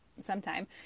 sometime